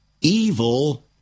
evil